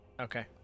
Okay